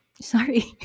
Sorry